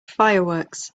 fireworks